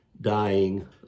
dying